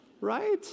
Right